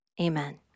Amen